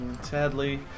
Sadly